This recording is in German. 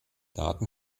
daten